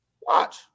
Watch